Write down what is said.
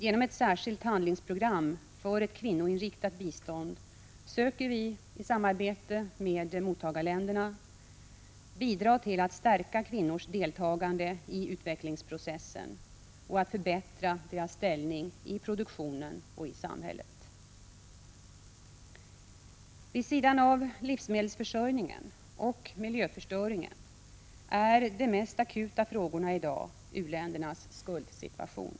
Genom ett särskilt handlingsprogram för ett kvinnoinriktat bistånd söker vi i samarbete med mottagarländerna bidra till att stärka kvinnors deltagande i utvecklingsprocessen och att förbättra deras ställning i produktionen och i samhället. Vid sidan av livsmedelsförsörjningen och miljöförstöringen är en av de mest akuta frågorna i dag u-ländernas skuldsituation.